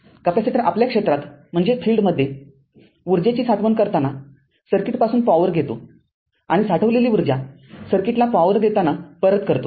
capacitor आपल्या क्षेत्रात ऊर्जेची साठवण करताना सर्किटपासून पॉवर घेतो आणि आधी साठविलेली ऊर्जा सर्किटला पॉवर देताना परत करतो